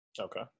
Okay